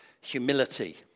humility